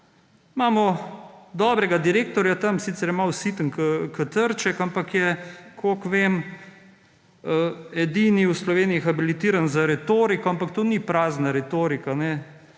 imamo dobrega direktorja tam, sicer je malo siten kot Trček, ampak je, kolikor vem, edini v Sloveniji habilitiran za retoriko, ampak to ni prazna retorika.